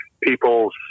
people's